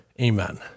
Amen